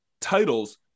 titles